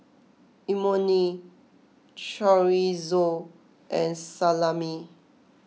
Imoni Chorizo and Salami